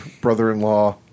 brother-in-law